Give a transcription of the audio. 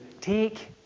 take